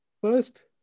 First